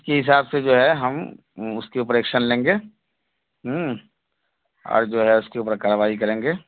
اس کے حساب سے جو ہے ہم اس کے اوپر ایکشن لیں گے اور جو ہے اس کے اوپر کارروائی کریں گے